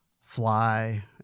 fly